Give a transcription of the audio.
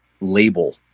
label